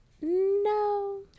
no